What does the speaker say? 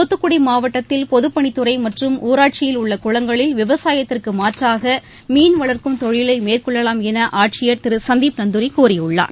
துத்துக்குடி மாவட்டத்தில் பொதுப்பணித்துறை மற்றும் ஊராட்சியில் உள்ள குளங்களில் விவசாயத்திற்கு மாற்றாக மீன்வளர்க்கும் தொழிலை மேற்கொள்ளலாம் என ஆட்சியர் திரு சந்தீப் நந்தூரி கூறியுள்ளார்